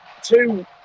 two